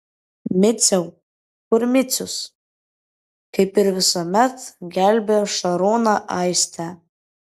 miciau kur micius kaip ir visuomet gelbėjo šarūną aistė